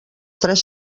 tres